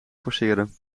forceren